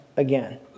again